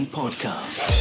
podcast